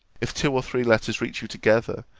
if two or three letters reach you together,